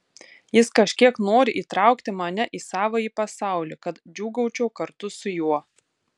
jis kažkiek nori įtraukti mane į savąjį pasaulį kad džiūgaučiau kartu su juo